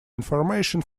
information